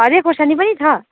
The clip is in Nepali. हरियो खोर्सानी पनि छ